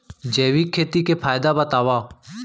जैविक खेती के फायदा बतावा?